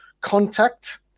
contact